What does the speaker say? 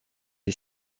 est